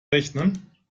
rechnen